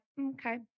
okay